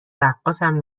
رقاصم